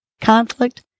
conflict